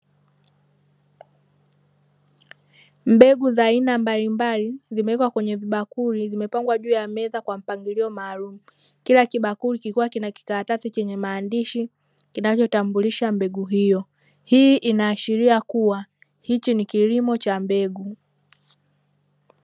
Mbegu za aina mbalimbali zimewekwa kwenye vibakuli; zimepangwa juu ya meza kwa mpangilio maalumu. Kila kibakuli kikiwa kina kikaratasi chenye maandishi, kinachotambulisha mbegu hiyo. Hii inaashiria kuwa hichi ni kilimo cha mbegu.